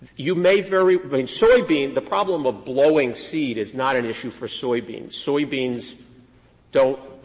you may very with i mean soybeans, the problem of blowing seed is not an issue for soybeans. soybeans don't